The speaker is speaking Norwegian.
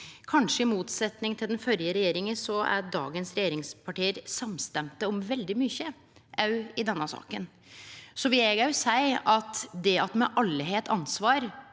Kanskje i motsetning til den førre regjeringa er dagens regjeringsparti samstemte om veldig mykje, òg i denne saka. Eg vil òg seie at det at me alle har eit ansvar,